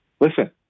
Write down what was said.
listen